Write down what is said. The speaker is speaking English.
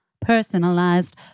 Personalized